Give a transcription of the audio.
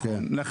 נכון,